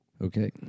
Okay